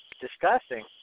disgusting